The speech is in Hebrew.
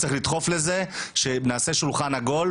צריך לדחוף לזה שנעשה שולחן עגול,